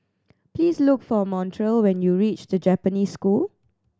please look for Montrell when you reach The Japanese School